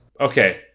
Okay